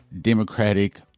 Democratic